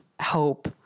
hope